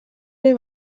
ere